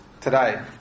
today